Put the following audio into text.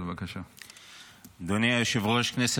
מה את משווה?